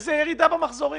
איזה ירידה במחזורים?